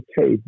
okay